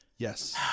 Yes